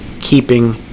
keeping